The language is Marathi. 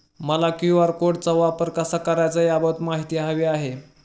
मला क्यू.आर कोडचा वापर कसा करायचा याबाबत माहिती हवी आहे